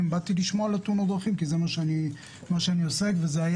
באתי לשמוע על תאונות הדרכים כי אני מתעסק בזה,